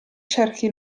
cerchi